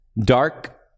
dark